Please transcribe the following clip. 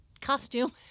costume